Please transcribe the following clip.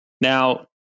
Now